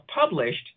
published